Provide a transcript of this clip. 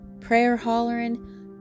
prayer-hollering